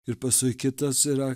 ir paskui kitas yra